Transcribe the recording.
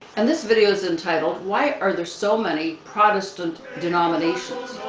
and this video is entitled why are there so many protestant denominations?